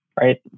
right